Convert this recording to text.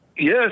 Yes